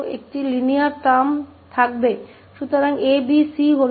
तो एक रैखिक पद होगा जैसे 𝐵𝑠 𝐶